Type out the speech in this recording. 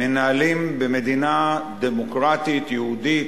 מנהלים, במדינה דמוקרטית יהודית,